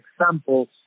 examples